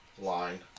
line